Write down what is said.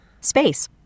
Space